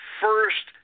first